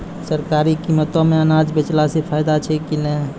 सरकारी कीमतों मे अनाज बेचला से फायदा छै कि नैय?